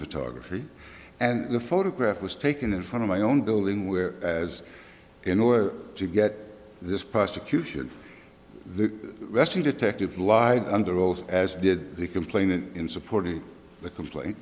photography and the photograph was taken in front of my own building where as in order to get this prosecution the rescue detective lied under oath as did the complainant in supporting the complaint